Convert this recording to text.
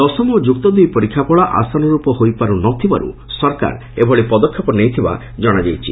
ଦଶମ ଓ ଯୁକ୍ତ ଦୁଇ ପରୀକ୍ଷାଫଳ ଆଶାନର୍ପ ହୋଇପାରୁ ନ ଥିବାରୁ ସରକାର ଏଭଳି ପଦକ୍ଷେପ ନେଇଥିବା ଜଣାଯାଇଛି